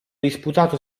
disputato